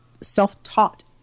self-taught